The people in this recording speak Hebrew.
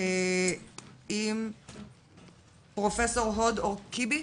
עם פרופסור הוד אורקיבי.